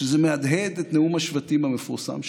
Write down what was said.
שזה מהדהד את נאום השבטים המפורסם שלך.